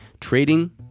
trading